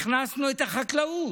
הכנסנו את החקלאות,